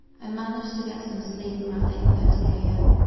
i managed to get some sleep around eight thirty am,